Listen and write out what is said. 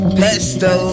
pesto